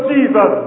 Jesus